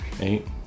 Eight